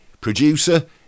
producer